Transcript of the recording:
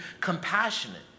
compassionate